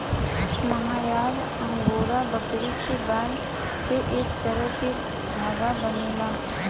मोहयार angora बकरी के बाल से एक तरह के धागा बनेला